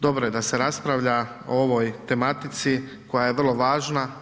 Dobro je da se raspravlja o ovoj tematici koja je vrlo važna.